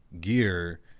gear